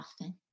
often